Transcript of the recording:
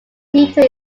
theatre